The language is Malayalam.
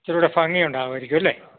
ഇച്ചിരൂടെ ഭംഗി ഉണ്ടാകുമായിരിക്കും അല്ലേ